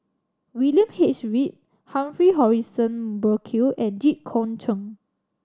William H Read Humphrey Morrison Burkill and Jit Koon Ch'ng